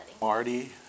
Marty